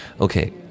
okay